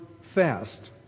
fast